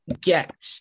get